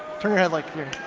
turn your head like here